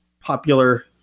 popular